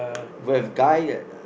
we have guy at